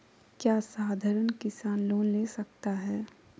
क्या साधरण किसान लोन ले सकता है?